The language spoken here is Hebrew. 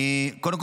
קודם כול,